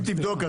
אם תבדוק,